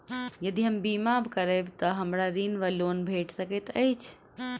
यदि हम बीमा करबै तऽ हमरा ऋण वा लोन भेट सकैत अछि?